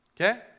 Okay